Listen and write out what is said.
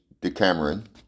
Decameron